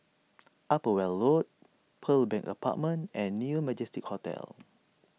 Upper Weld Road Pearl Bank Apartment and New Majestic Hotel